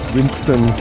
Winston